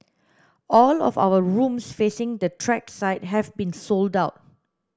all of our rooms facing the track side have been sold out